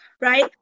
right